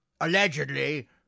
allegedly